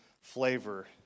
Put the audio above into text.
flavor